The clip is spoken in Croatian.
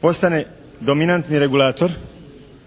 postane dominantni regulator.